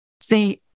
see